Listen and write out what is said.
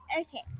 Okay